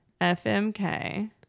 fmk